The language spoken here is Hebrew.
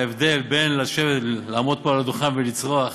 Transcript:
ההבדל בין לעמוד פה על הדוכן ולצרוח